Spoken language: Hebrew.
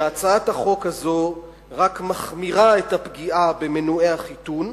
שהצעת החוק הזאת רק מחמירה את הפגיעה במנועי החיתון,